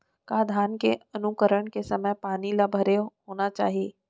का धान के अंकुरण के समय पानी ल भरे होना चाही?